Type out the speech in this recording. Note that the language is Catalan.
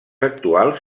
actuals